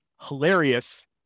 hilarious